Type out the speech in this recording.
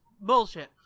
Bullshit